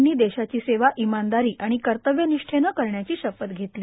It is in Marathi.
यांनी देशाची सेवा इमानदारी आणि कर्तव्यनिष्ठेने करण्याची शपथ घेतली